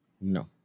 No